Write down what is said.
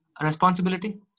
responsibility